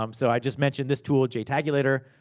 um so, i just mentioned this tool, jtagulator.